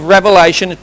Revelation